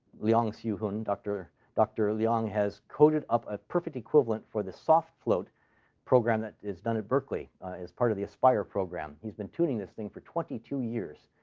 leong siew hoon. dr. leong has coded up a perfect equivalent for the soft float program that is done at berkeley as part of the aspire program. he's been tuning this thing for twenty two years,